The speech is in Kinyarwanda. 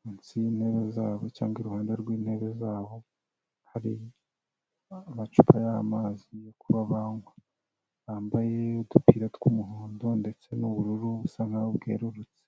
munsi y'intebe zabo cyangwa iruhande rw'intebe zabo hari amacupa y'amazi yo kuba banywa, bambaye udupira tw'umuhondo ndetse n'ubururu busa nkaho bwerurutse.